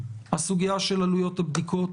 הסוגיה של עלויות הבדיקות,